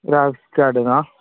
graphics കാഡില് നിന്നാണോ